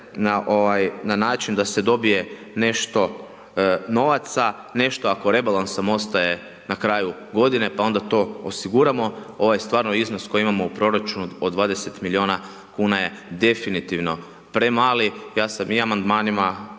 na način da se dobije nešto novaca, nešto ako rebalansom ostaje na kraju godine, pa onda to osiguramo. Ovaj stvarno iznos koji imamo u proračunu od 20 milijuna kuna je definitivno premali. Ja sam i Amandmanima